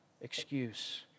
excuse